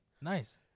Nice